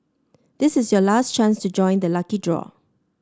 this is your last chance to join the lucky draw